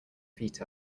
feet